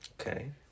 Okay